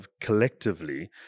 collectively